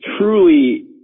truly